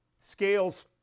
Scales